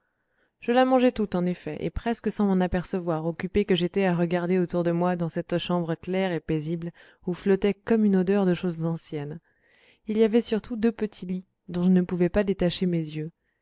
je la mangeai toute en effet et presque sans m'en apercevoir occupé que j'étais à regarder autour de moi dans cette chambre claire et paisible où flottait comme une odeur de choses anciennes il y avait surtout deux petits lits dont je ne pouvais pas détacher mes yeux